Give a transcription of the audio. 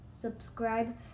subscribe